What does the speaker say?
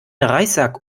reissack